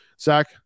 Zach